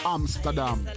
Amsterdam